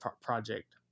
project